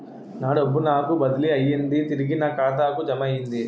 నా డబ్బు నాకు బదిలీ అయ్యింది తిరిగి నా ఖాతాకు జమయ్యింది